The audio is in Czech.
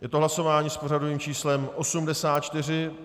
Je to hlasování s pořadovým číslem 84.